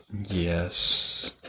Yes